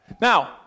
Now